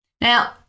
Now